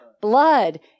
Blood